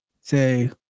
say